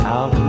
Out